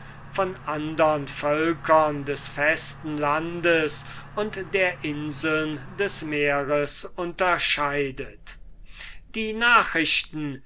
von andern völkern des festen landes und der inseln des meeres unterscheidet die nachrichten